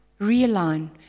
realign